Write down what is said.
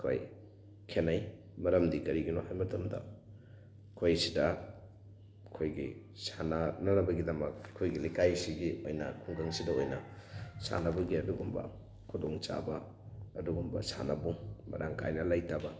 ꯑꯩꯈꯣꯏ ꯈꯦꯠꯅꯩ ꯃꯔꯝꯗꯤ ꯀꯔꯤꯒꯤꯅꯣ ꯍꯥꯏꯕ ꯃꯇꯝꯗ ꯑꯩꯈꯣꯏꯁꯤꯗ ꯑꯩꯈꯣꯏꯒꯤ ꯁꯥꯟꯅꯅꯅꯕꯒꯤꯗꯃꯛ ꯑꯩꯈꯣꯏꯒꯤ ꯂꯩꯀꯥꯏꯁꯤꯒꯤ ꯑꯣꯏꯅ ꯈꯨꯡꯒꯪꯁꯤꯗ ꯑꯣꯏꯅ ꯁꯥꯟꯅꯕꯒꯤ ꯑꯗꯨꯒꯨꯝꯕ ꯈꯨꯗꯣꯡꯆꯥꯕ ꯑꯗꯨꯒꯨꯝꯕ ꯁꯥꯟꯅꯕꯨꯡ ꯃꯔꯥꯡ ꯀꯥꯏꯅ ꯂꯩꯇꯕ